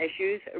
issues